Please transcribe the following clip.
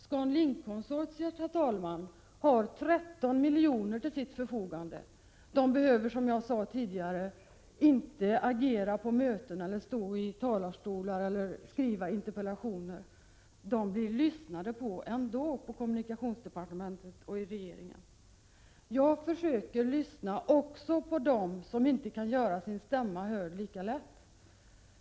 ScanLink-konsortiet har 13 miljoner till sitt förfogande och behöver inte, som jag sade tidigare, agera på möten, stå i talarstolar eller skriva interpellationer. Dem lyssnar kommunikationsdepartementet och regeringen ändå på. Jag försöker lyssna på dem som inte lika lätt kan göra sina stämmor hörda.